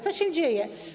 Co się dzieje?